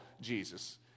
Jesus